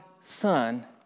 Son